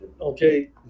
Okay